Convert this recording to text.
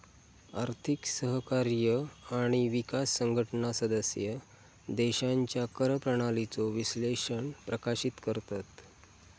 आर्थिक सहकार्य आणि विकास संघटना सदस्य देशांच्या कर प्रणालीचो विश्लेषण प्रकाशित करतत